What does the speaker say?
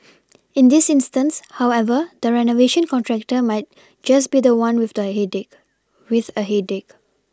in this instance however the renovation contractor might just be the one with a headache